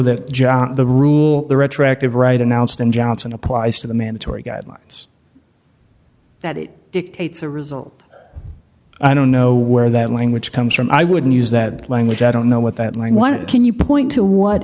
that the rule the retroactive right announced and johnson applies to the mandatory guidelines that it dictates a result i don't know where that language comes from i wouldn't use that language i don't know what that line one can you point to what